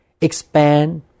expand